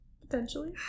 Potentially